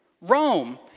Rome